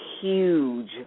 huge